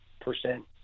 percent